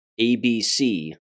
ABC